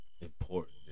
important